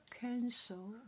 Cancel